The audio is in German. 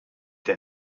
der